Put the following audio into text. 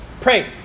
Pray